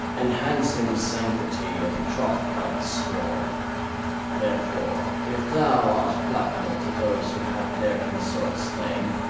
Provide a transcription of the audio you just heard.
enhancing sanctity of troth-plight sworn therefore, if thou art placable to those who have their consort slain,